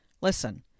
Listen